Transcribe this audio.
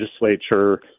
legislature